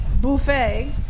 buffet